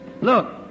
Look